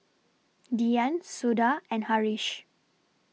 Dhyan Suda and Haresh